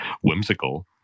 whimsical